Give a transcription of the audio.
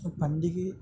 பண்டிகை